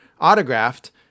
autographed